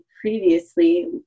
previously